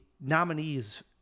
nominees